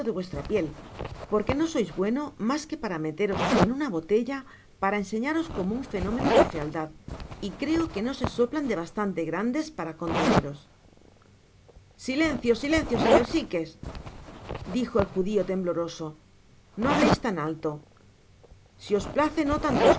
vuestra piel porque no sois bueno mas que para meteros en una botella para enseñaros como un fenómeno de fealdad y creo que no se soplan de bastante grandes para conteneros i si silencio silencio señor sikes dijo el judío tembloroso no hableis tan alto si os place no